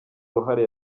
ruhare